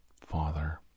father